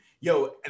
Yo